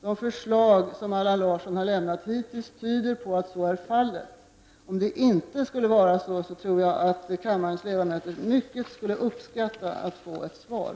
De förslag som Allan Larsson hittills har lämnat tyder på att så är fallet. Om det inte skulle vara så tror jag att kammarens ledamöter skulle uppskatta mycket att få ett svar.